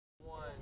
one